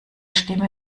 stimme